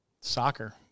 Soccer